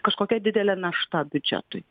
kažkokia didelė našta biudžetui